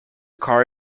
car